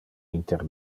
inter